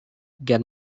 get